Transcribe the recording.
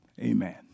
Amen